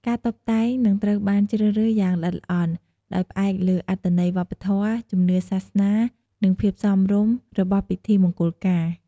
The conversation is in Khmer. ការតុបតែង នឹងត្រូវបានជ្រើសរើសយ៉ាងល្អិតល្អន់ ដោយផ្អែកលើអត្ថន័យវប្បធម៌ ជំនឿសាសន៍ និងភាពសមរម្យរបស់ពិធីមង្គលការ។